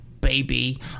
baby